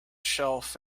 shelf